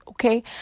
Okay